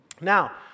Now